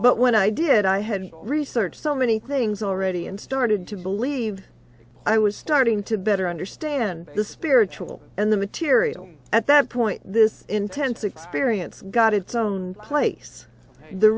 but when i did i had researched so many things already and started to believe i was starting to better understand the spiritual and the material at that point this intense experience got its own place the